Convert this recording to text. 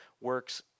works